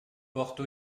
porte